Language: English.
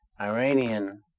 Iranian